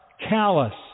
callous